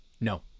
No